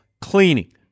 cleaning